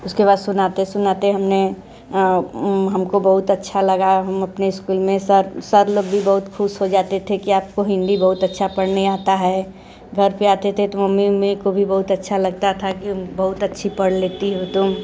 उसके बाद सुनाते सुनाते हम ने हम को बहुत अच्छा लगा और हम अपने इस्कूल में सर सर लोग भी बहुत खुश हो जाते थे कि आपको हिंदी बहुत अच्छा पढ़ने आता है घर पर आते थे तो मम्मी ऊम्मी को भी बहुत अच्छा लगता था कि बहुत अच्छा पढ़ लेती हो तुम